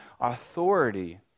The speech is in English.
authority